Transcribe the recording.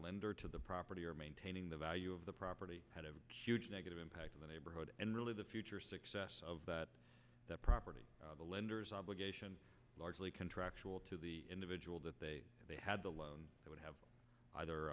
lender to the property or maintaining the value of the property had a huge negative impact on the neighborhood and really the future success of that property the lenders obligation largely contractual to the individual that they they had the loan they would have